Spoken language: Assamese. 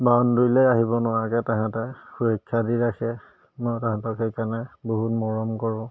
বাউন্দেৰিলৈ আহিব নোৱাৰাকৈ তাহাঁতে সুৰক্ষা দি ৰাখে মই তাহাঁতক সেইকাৰণে বহুত মৰম কৰোঁ